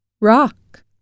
Rock